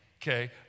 okay